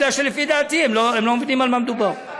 כי לפי דעתי הם לא מבינים על מה מדובר.